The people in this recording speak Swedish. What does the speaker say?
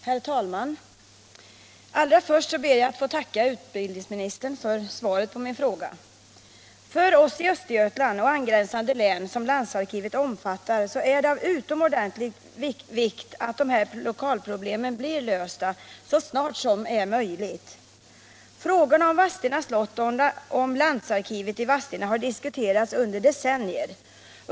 Herr talman! Allra först ber jag att få tacka utbildningsministern för svaret på min fråga. För oss i Östergötland och angränsande län som landsarkivet omfattar är det utomordentligt viktigt att dessa lokalproblem blir lösta så snart som möjligt. Frågorna om Vadstena slott och om landsarkivet i Vadstena har diskuterats under decennier.